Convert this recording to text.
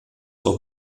auch